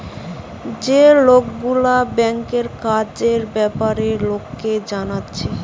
যে লোকগুলা ব্যাংকের কাজের বেপারে লোককে জানাচ্ছে